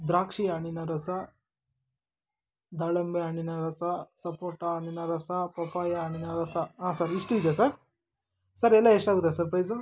ದ್ರಾಕ್ಷಿ ಹಣ್ಣಿನ ರಸ ದಾಳಿಂಬೆ ಹಣ್ಣಿನ ರಸ ಸಪೋಟ ಹಣ್ಣಿನ ರಸ ಪಪ್ಪಾಯ ಹಣ್ಣಿನ ರಸ ಹಾಂ ಸರ್ ಇಷ್ಟು ಇದೆಯಾ ಸರ್ ಸರ್ ಎಲ್ಲ ಎಷ್ಟಾಗುತ್ತೆ ಸರ್ ಪ್ರೈಸು